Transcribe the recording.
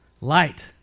light